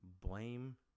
Blame